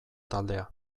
taldea